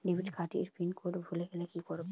Debit card এর pin code ভুলে গেলে কি করব?